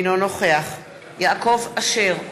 אינו נוכח יעקב אשר,